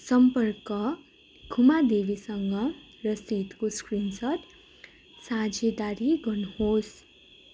सम्पर्क खुमा देवीसँग रसिदको स्क्रिन सट साझेदारी गर्नु होस्